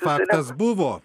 faktas buvo